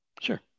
Sure